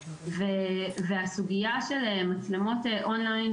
והסוגיה של מצלמות און-ליין,